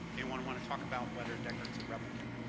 anyone want to talk about whether deckard's a replicant?